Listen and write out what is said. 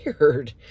weird